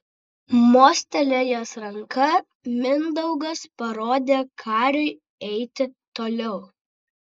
mostelėjęs ranka mindaugas parodė kariui eiti toliau